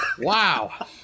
Wow